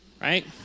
right